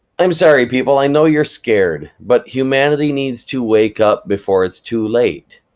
i'm sorry people. i know you're scared. but humanity needs to wake up, before it's too late.